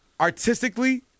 artistically